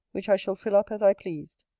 which i shall fill up as i pleased.